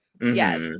Yes